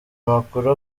makuru